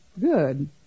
Good